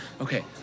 Okay